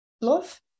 love